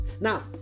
Now